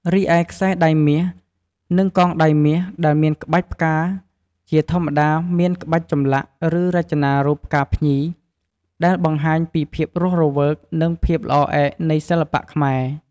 រីឯខ្សែដៃមាស និងកងដៃមាស ដែលមានក្បាច់ផ្កា ជាធម្មតាមានក្បាច់ចម្លាក់ ឬរចនារូប ផ្កាភ្ញី ដែលបង្ហាញពីភាពរស់រវើក និងភាពល្អឯកនៃសិល្បៈខ្មែរ។